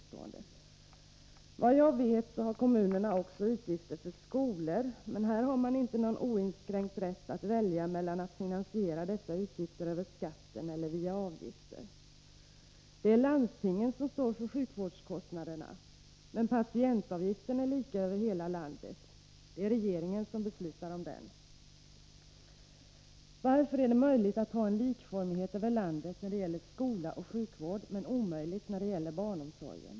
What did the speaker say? Såvitt jag vet har kommunerna också utgifter för skolor, men där har de inte oinskränkt rätt att välja mellan att finansiera dessa utgifter över skatten och att ta ut dem via avgifter. Det är landstingen som står för sjukvårdskostnaderna, men patientavgiften är lika över hela landet. Det är regeringen som beslutar om den. Varför är det möjligt att ha likformighet över landet när det gäller avgifter för skola och sjukvård men omöjligt i fråga om barnomsorgen?